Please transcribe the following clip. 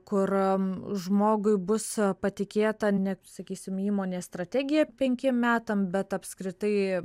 kur žmogui bus patikėta ne sakysim įmonės strategija penkiem metam bet apskritai